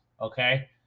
okay